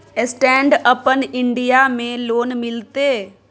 Stand up India में loan मिलते?